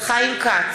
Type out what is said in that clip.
בחוק